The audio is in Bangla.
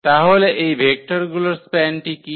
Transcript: তাহলে এই ভেক্টরগুলির স্প্যানটি কী